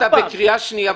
אתה בקריאה שנייה.